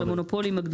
המונופולים הגדולים.